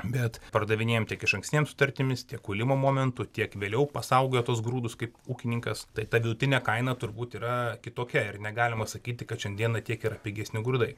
bet pardavinėjam tiek išankstinėm sutartimis tiek kūlimo momentu tiek vėliau pasaugoja tuos grūdus kaip ūkininkas tai ta vidutinė kaina turbūt yra kitokia ir negalima sakyti kad šiandieną tiek yra pigesni grūdai